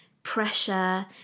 pressure